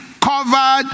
covered